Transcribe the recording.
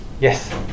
Yes